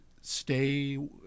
stay